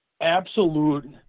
Absolute